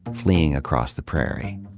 fleeing across the prairie.